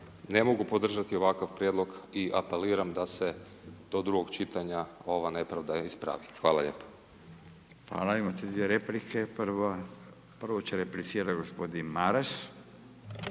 ne mogu podržati ovakav prijedlog i apeliram da se do drugog čitanja ova nepravda ispravi. Hvala lijepo. **Radin, Furio (Nezavisni)** Hvala. Imate dvije replike. Prvo će replicirati gospodin Maras.